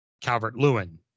Calvert-Lewin